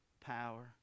Power